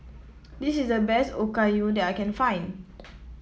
this is the best Okayu that I can find